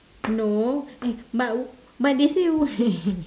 no eh but but they say wait